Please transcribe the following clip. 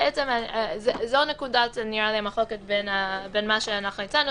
זו נקודת מחלוקת בין מה שאנחנו הצענו,